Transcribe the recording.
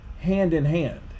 hand-in-hand